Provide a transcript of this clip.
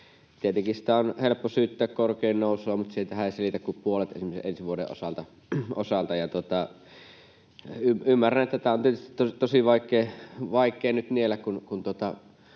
Tietenkin on helppo syyttää korkojen nousua, mutta siitähän ei selity kuin puolet esimerkiksi ensi vuoden osalta. Ymmärrän, että tätä on tietysti tosi vaikea nyt niellä, kun